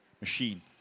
machine